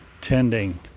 tending